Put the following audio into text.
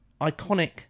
iconic